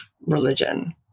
religion